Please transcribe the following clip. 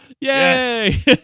Yay